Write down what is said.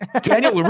Daniel